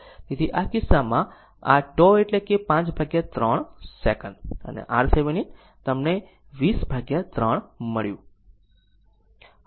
તેથી આ કિસ્સામાં આ τ એટલે કે 53 સેકંડ છે અને RThevenin તમને 203 મળ્યું